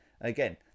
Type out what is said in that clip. again